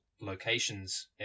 locations